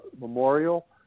memorial